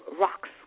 rocks